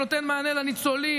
שנותן מענה לניצולים,